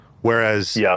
Whereas